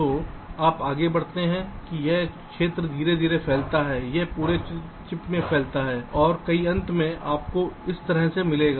तो आप आगे बढ़ते हैं कि यह क्षेत्र धीरे धीरे फैलता है यह पूरे चिप में फैलता है और कई अंत में आपको कुछ इस तरह से मिलेगा